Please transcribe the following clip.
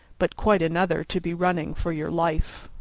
but quite another to be running for your life.